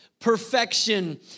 perfection